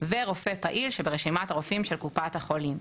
ורופא פעיל שברשימת הרופאים של קופת החולים.